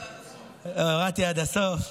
הורדתי עד הסוף.